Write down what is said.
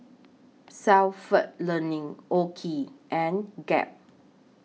Stalford Learning OKI and Gap